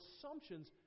assumptions